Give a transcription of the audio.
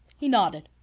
he nodded.